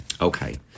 Okay